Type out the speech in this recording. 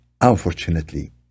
unfortunately